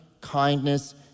kindness